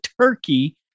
turkey